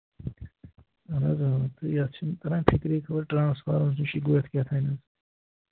اَہَن حظ آ یَتھ چھُنہٕ تران فِکری خبر ٹرٛانَسفارمَرَس نِش گوٚو یَتھ کیٛاہتام